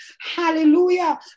hallelujah